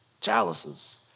chalices